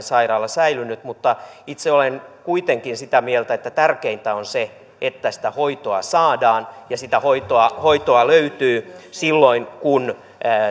sairaala säilynyt mutta itse olen kuitenkin sitä mieltä että tärkeintä on se että sitä hoitoa saadaan ja sitä hoitoa hoitoa löytyy silloin kun